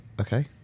Okay